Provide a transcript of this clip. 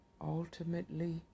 ultimately